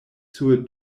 sur